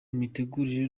mitegurire